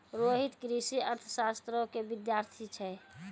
रोहित कृषि अर्थशास्त्रो के विद्यार्थी छै